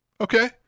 okay